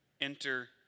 enter